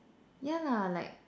yeah lah like